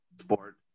sport